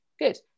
Good